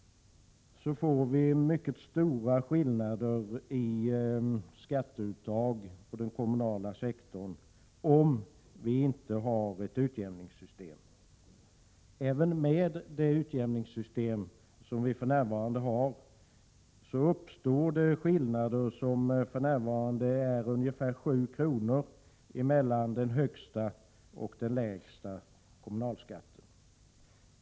Då blir skillnaderna i skatteuttag mycket stora på den kommunala sektorn, om vi inte har ett utjämningssystem. Även med det utjämningssystem som vi för närvarande har uppstår det skillnader. För närvarande är skillnaden ungefär 7 kr. mellan den högsta och den lägsta kommunalskatten.